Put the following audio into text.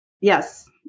Yes